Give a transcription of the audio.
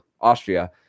Austria